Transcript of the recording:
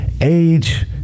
age